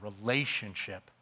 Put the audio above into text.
relationship